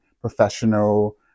professional